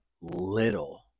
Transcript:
little